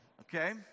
Okay